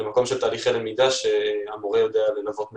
למקום של תהליכי למידה שהמורה יודע ללוות מרחוק.